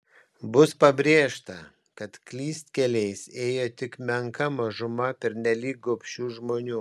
bus pabrėžta kad klystkeliais ėjo tik menka mažuma pernelyg gobšių žmonių